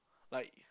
like